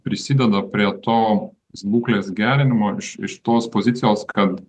prisideda prie to būklės gerinimo iš iš tos pozicijos kad